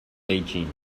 beijing